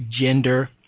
Gender